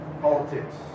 politics